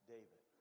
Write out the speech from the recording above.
David